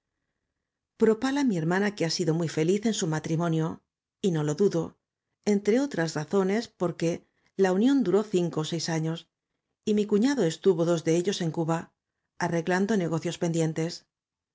propala mi hermana que ha sido muy feliz en su matrimonio y no lo dudo entre otras razones porque la unión duró cinco ó seis años y mi cuñado estuvo dos de ellos en cuba arreglando negocios pendientes